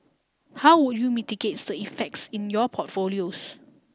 how would you mitigate the effects in your portfolios